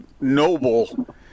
noble